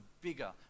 bigger